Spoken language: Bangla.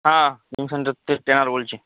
হ্যাঁ জিম সেন্টার থেকে ট্রেনার বলছি